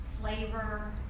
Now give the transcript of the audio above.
flavor